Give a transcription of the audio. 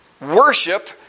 worship